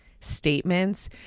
statements